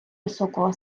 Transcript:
високого